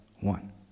one